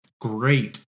Great